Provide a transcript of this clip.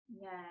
Yes